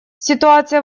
ситуация